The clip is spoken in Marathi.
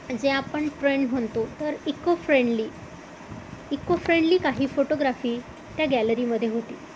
जे आपण ट्रेंड म्हणतो तर इकोफ्रेंडली इकोफ्रेंडली काही फोटोग्राफी त्या गॅलरीमध्ये होती